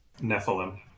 Nephilim